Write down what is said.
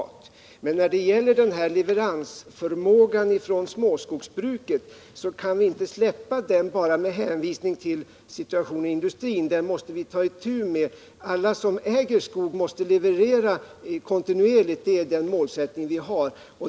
22 november 1979 Men när det gäller leveransförmågan hos småskogsbruket kan vi inte släppa den bara med hänvisning till situationen i industrin. Den måste vi ta itu med. Alla som äger skog måste leverera kontinuerligt. Det är den målsättning vi har.